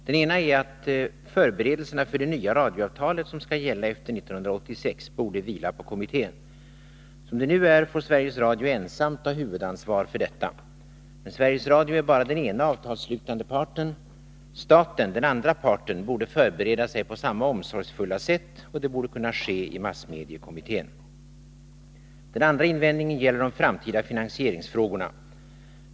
Den ena är att förberedelserna för det nya radioavtalet, som skall gälla efter 1986, borde vila på kommittén. Som det nu är får Sveriges Radio ensamt ta huvudansvar för detta. Men Sveriges Radio är bara den ena avtalsslutande parten. Staten, den andra parten, borde förbereda sig på samma omsorgsfulla sätt, och det borde kunna ske i massmediekommittén. Den andra invändningen gäller de framtida finansieringsfrågorna.